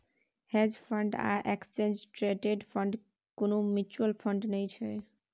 hedge fund आ exchange traded fund कुनु mutual fund नै छै